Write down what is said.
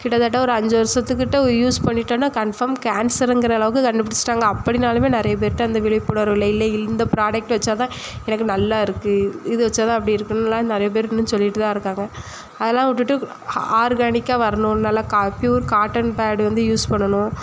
கிட்டத்தட்ட ஒரு அஞ்சு வர்ஷத்துக்கிட்ட யூஸ் பண்ணிவிட்டோன்னா கன்ஃபார்ம் கேன்சருங்கிற அளவுக்கு கண்டுபிடிச்சிட்டாங்க அப்படின்னாலுமே நிறைய பேர்கிட்ட அந்த விழிப்புணர்வு இல்லை இல்லை இந்த ப்ராடக்ட் வச்சால் தான் எனக்கு நல்லா இருக்கு இது வச்சால் தான் அப்படி இருக்குன்னுலாம் நிறைய பேர் இன்னும் சொல்லிகிட்டு தான் இருக்காங்க அதெல்லாம் விட்டுட்டு ஆர்கானிக்காக வரணும் நல்லா கா ப்யூர் காட்டன் பேட் வந்து யூஸ் பண்ணணும்